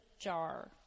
jar